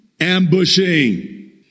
ambushing